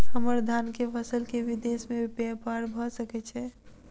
हम्मर धान केँ फसल केँ विदेश मे ब्यपार भऽ सकै छै?